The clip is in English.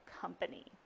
company